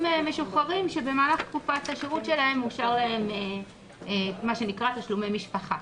משוחררים שבמהלך תקופת השירות שלהם אושר להם מה שנקרא תשלומי משפחה.